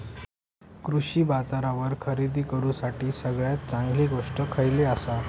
कृषी बाजारावर खरेदी करूसाठी सगळ्यात चांगली गोष्ट खैयली आसा?